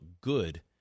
good